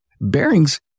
bearings